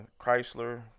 Chrysler